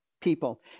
people